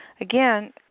again